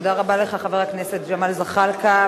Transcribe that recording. תודה רבה לך, חבר הכנסת ג'מאל זחאלקה.